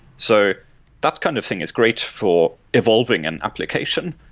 so that kind of thing is great for evolving an application,